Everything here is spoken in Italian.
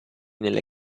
nelle